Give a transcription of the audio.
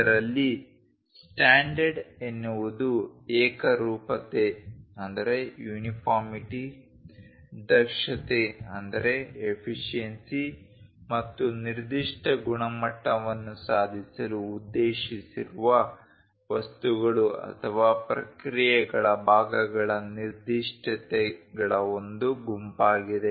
ಇದರಲ್ಲಿ ಸ್ಟ್ಯಾಂಡರ್ಡ್ ಎನ್ನುವುದು ಏಕರೂಪತೆ ದಕ್ಷತೆ ಮತ್ತು ನಿರ್ದಿಷ್ಟ ಗುಣಮಟ್ಟವನ್ನು ಸಾಧಿಸಲು ಉದ್ದೇಶಿಸಿರುವ ವಸ್ತುಗಳು ಅಥವಾ ಪ್ರಕ್ರಿಯೆಗಳ ಭಾಗಗಳ ನಿರ್ದಿಷ್ಟತೆಗಳ ಒಂದು ಗುಂಪಾಗಿದೆ